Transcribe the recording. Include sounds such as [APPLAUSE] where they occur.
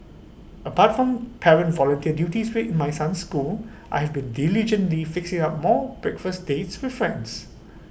apart from parent volunteer duties [UNINTELLIGIBLE] in my son's school I have been diligently fixing up more breakfast dates with friends